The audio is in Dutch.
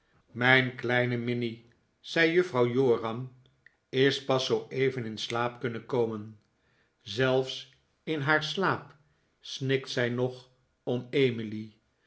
mijn kleine minnie zei juffrouw joram is pas zooeven in slaap kunnen komen zelfs in haar slaap snikt zij nog om emily